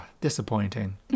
disappointing